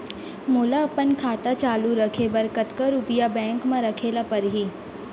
मोला अपन खाता चालू रखे बर कतका रुपिया बैंक म रखे ला परही?